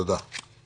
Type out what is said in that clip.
תודה.